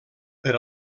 per